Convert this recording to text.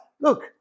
look